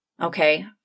Okay